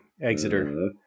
Exeter